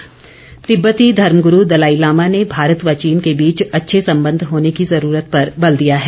Dalai Lama तिब्बती धर्मग्रू Dalai Lama ने भारत व चीन के बीच अच्छे संबंध होने की ज़रूरत पर बल दिया है